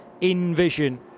in-vision